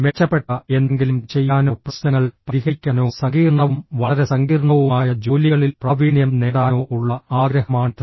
മെച്ചപ്പെട്ട എന്തെങ്കിലും ചെയ്യാനോ പ്രശ്നങ്ങൾ പരിഹരിക്കാനോ സങ്കീർണ്ണവും വളരെ സങ്കീർണ്ണവുമായ ജോലികളിൽ പ്രാവീണ്യം നേടാനോ ഉള്ള ആഗ്രഹമാണിത്